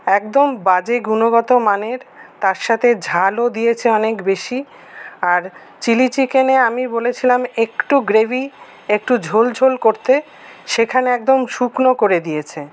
একদম বাজে গুণগত মানের তার সাথে ঝালও দিয়েছে অনেক বেশী আর চিলি চিকেনে আমি বলেছিলাম একটু গ্রেভি একটু ঝোল ঝোল করতে সেখানে একদম শুকনো করে দিয়েছে